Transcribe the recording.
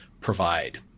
provide